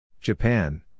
Japan